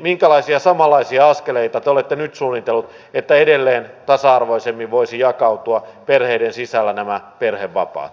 minkälaisia samanlaisia askeleita te olette nyt suunnitellut että edelleen tasa arvoisemmin voisivat jakautua perheiden sisällä nämä perhevapaat